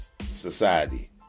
society